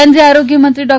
કેન્દ્રીય આરોગ્યમંત્રી ડૉ